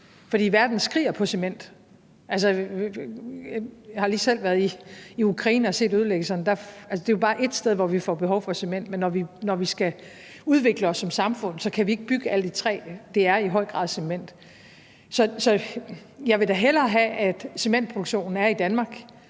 for verden skriger på cement. Jeg har lige selv været i Ukraine og set ødelæggelserne, og altså, det er jo bare ét sted, hvor vi får behov for cement. Når vi skal udvikle os som samfund, kan vi ikke bygge alt i træ – det er i høj grad cement. Så jeg vil da hellere have, at cementproduktionen er i Danmark